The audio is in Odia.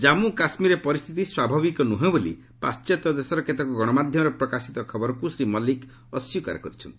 ଜାମ୍ମୁ କାଶ୍ମୀରରେ ପରିସ୍ଥିତି ସ୍ୱାଭାବିକ ନୁହେଁ ବୋଲି ପାଶ୍ଚାତ୍ୟ ଦେଶର କେତେକ ଗଣମାଧ୍ୟମରେ ପ୍ରକାଶିତ ଖବରକୁ ଶ୍ରୀ ମଲ୍ଲିକ ଅସ୍ୱୀକାର କରିଛନ୍ତି